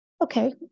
Okay